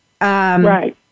Right